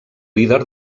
líder